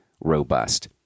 robust